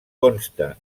consta